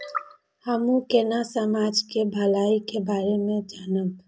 हमू केना समाज के भलाई के बारे में जानब?